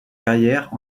carrière